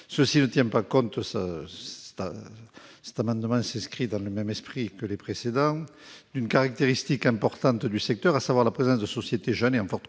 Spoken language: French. Cela ne tient pas compte- et cet amendement est du même esprit que les précédents -d'une caractéristique importante du secteur, à savoir la présence de sociétés jeunes est en forte croissance.